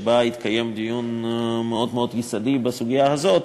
שהתקיים בה דיון מאוד מאוד יסודי בסוגיה הזאת,